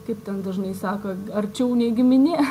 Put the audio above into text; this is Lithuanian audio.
kaip ten dažnai sako arčiau nei giminė